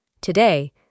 Today